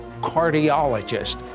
cardiologist